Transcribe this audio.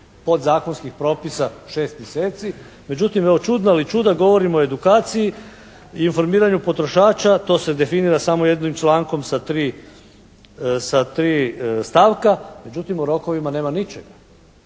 podzakonskih propisa 6 mjeseci međutim evo čudna li čuda govorimo o edukaciji i informiranju potrošača. To se definira samo jednim člankom sa tri, sa tri stavka. Međutim o rokovima nema ničega.